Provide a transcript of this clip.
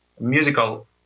musical